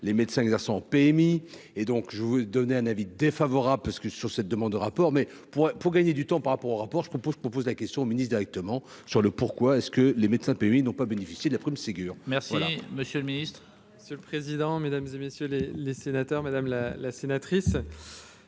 les médecins exerçant PMI et donc je voulais donner un avis défavorable, parce que sur cette demande de rapport mais pour pour gagner du temps par rapport au rapport, je propose qu'on pose la question au ministre directement sur le pourquoi est-ce que les médecins pays n'ont pas bénéficié de la prime Ségur. Merci, monsieur le Ministre, c'est le président, mesdames et messieurs les les sénateurs, madame la la sénatrice.